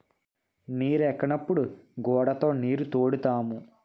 నీరెక్కనప్పుడు గూడతో నీరుతోడుతాము